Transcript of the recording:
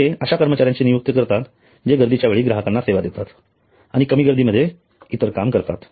ते अश्या कर्मचाऱ्यांची नियुक्ती करतात जे गर्दीच्या वेळी ग्राहकांना सेवा देतात आणि कमी गर्दीमध्ये इतर काम करतात